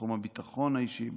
בתחום הביטחון האישי,